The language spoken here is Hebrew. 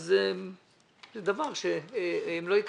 הם לא יקבלו.